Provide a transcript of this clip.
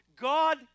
God